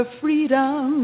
freedom